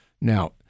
Now